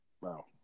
Wow